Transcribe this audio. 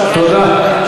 תודה.